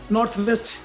Northwest